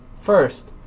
First